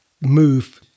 move